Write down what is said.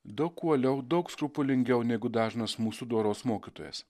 daug uoliau daug skrupulingiau negu dažnas mūsų doros mokytojas